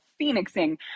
phoenixing